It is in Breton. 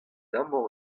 amañ